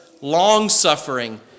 long-suffering